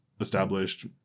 established